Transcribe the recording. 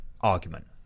argument